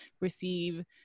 receive